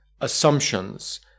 assumptions